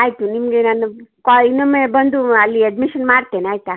ಆಯಿತು ನಿಮಗೆ ನಾನು ಕಾ ಇನ್ನೊಮ್ಮೆ ಬಂದು ಅಲ್ಲಿ ಅಡ್ಮಿಷನ್ ಮಾಡ್ತೇನೆ ಆಯಿತಾ